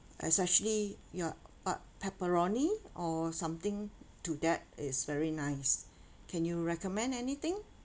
especially your what pepperoni or something to that is very nice can you recommend anything